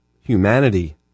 humanity